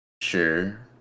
Sure